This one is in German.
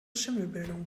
schimmelbildung